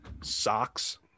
socks